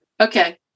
Okay